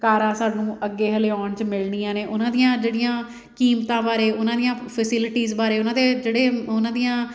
ਕਾਰਾਂ ਸਾਨੂੰ ਅੱਗੇ ਹਲੇ ਆਉਣ 'ਚ ਮਿਲਣੀਆਂ ਨੇ ਉਹਨਾਂ ਦੀਆਂ ਜਿਹੜੀਆਂ ਕੀਮਤਾਂ ਬਾਰੇ ਉਹਨਾਂ ਦੀਆਂ ਫੈਸਿਲਿਟੀਜ਼ ਬਾਰੇ ਉਹਨਾਂ ਦੇ ਜਿਹੜੇ ਉਹਨਾਂ ਦੀਆਂ